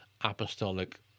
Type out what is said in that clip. apostolic